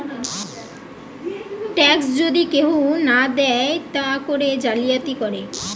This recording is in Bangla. ট্যাক্স যদি কেহু না দেয় তা করে জালিয়াতি করে